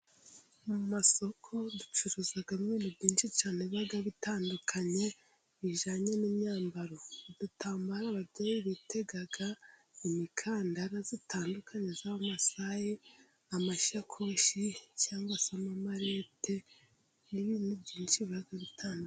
Mu masoko ducuruzamo ibintu byinshi cyane, biba bitandukanye bijyanye n'imyambaro: udutambaro ababyeyi bitega, imikandara itandukanye y'abamasayi ,amasakoshi cyangwa se amamalete n'ibindi byinshi biba bitandukanye.